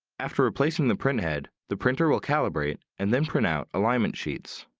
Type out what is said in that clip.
after replacing the printhead, the printer will calibrate and then print out alignment sheets.